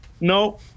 No